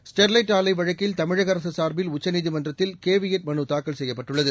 Sterlite ஆலை வழக்கில் தமிழக அரசு சார்பில் உச்சநீதிமன்றத்தில் கேவியேட் மனுதாக்கல் செய்யப்பட்டுள்ளது